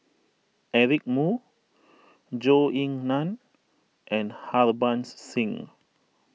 Eric Moo Zhou Ying Nan and Harbans Singh